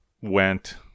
went